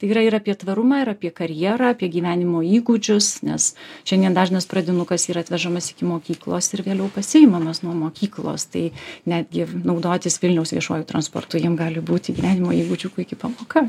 tai yra ir apie tvarumą ir apie karjerą apie gyvenimo įgūdžius nes šiandien dažnas pradinukas yra atvežamas iki mokyklos ir vėliau pasiimamas nuo mokyklos tai netgi naudotis vilniaus viešuoju transportu jiem gali būti gyvenimo įgūdžių puiki pamoka